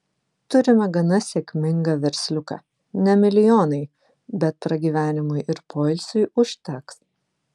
turime gana sėkmingą versliuką ne milijonai bet pragyvenimui ir poilsiui užteks